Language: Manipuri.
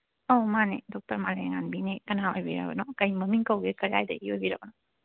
ꯑꯧ ꯃꯥꯅꯦ ꯗꯣꯛꯇꯔ ꯃꯥꯂꯦꯝꯉꯥꯟꯕꯤꯅꯦ ꯀꯅꯥ ꯑꯣꯏꯕꯤꯔꯕꯅꯣ ꯀꯔꯤ ꯃꯃꯤꯡ ꯀꯧꯕꯒꯦ ꯀꯔꯥꯏꯗꯒꯤ ꯑꯣꯏꯕꯤꯔꯕꯅꯣ